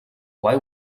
why